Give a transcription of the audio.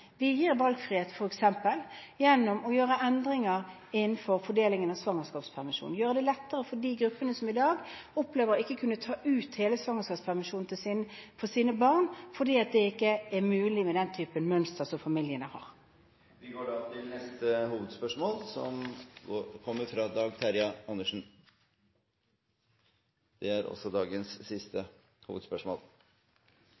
Vi gir f.eks. valgfrihet gjennom å gjøre endringer innenfor fordelingen av svangerskapspermisjon. Vi gjør det lettere for de gruppene som i dag opplever ikke å kunne ta ut hele svangerskapspermisjonen for sine barn, fordi det ikke er mulig med den typen mønster familiene har. Vi går til neste og siste hovedspørsmål.